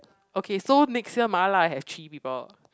okay so next year mala have three people